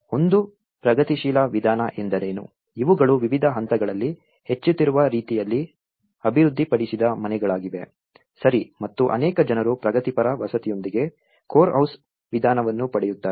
ಆದ್ದರಿಂದ ಒಂದು ಪ್ರಗತಿಶೀಲ ವಿಧಾನ ಎಂದರೇನು ಇವುಗಳು ವಿವಿಧ ಹಂತಗಳಲ್ಲಿ ಹೆಚ್ಚುತ್ತಿರುವ ರೀತಿಯಲ್ಲಿ ಅಭಿವೃದ್ಧಿಪಡಿಸಿದ ಮನೆಗಳಾಗಿವೆ ಸರಿ ಮತ್ತು ಅನೇಕ ಜನರು ಪ್ರಗತಿಪರ ವಸತಿಯೊಂದಿಗೆ ಕೋರ್ ಹೌಸ್ ವಿಧಾನವನ್ನು ಪಡೆಯುತ್ತಾರೆ